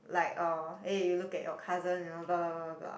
like um eh you look at your cousin you know blah blah blah blah blah